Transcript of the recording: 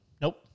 Nope